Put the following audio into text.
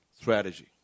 strategy